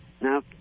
now